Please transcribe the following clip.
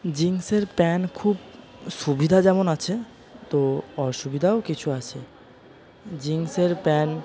জিন্সের প্যান্ট খুব সুবিধা যেমন আছে তো অসুবিধাও কিছু আছে জিন্সের প্যান্ট